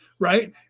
right